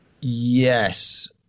Yes